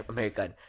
American